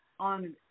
on